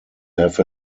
have